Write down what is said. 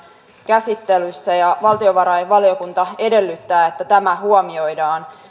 käsittelyssä ja valtiovarainvaliokunta edellyttää että tämä huomioidaan